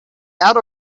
out